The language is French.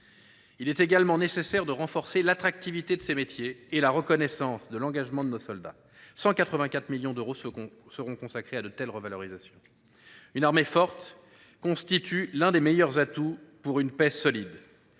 Il est également nécessaire de renforcer l’attractivité de ces métiers et la reconnaissance de l’engagement de nos soldats, ce à quoi seront consacrés 184 millions d’euros. Une armée forte constitue l’un des meilleurs atouts pour une paix solide